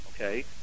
Okay